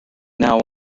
now